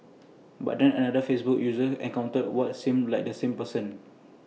but then another Facebook user encountered what seemed like the same person